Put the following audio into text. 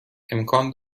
امکان